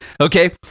Okay